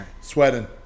Sweating